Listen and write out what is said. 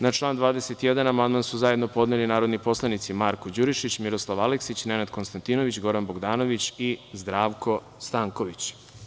Na član 21. amandman su zajedno podneli narodni poslanici Marko Đurišić, Miroslav Aleksić, Nenad Konstantinović, Goran Bogdanović i Zdravko Stanković.